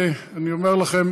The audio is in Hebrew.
אני אומר לכם,